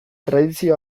tradizio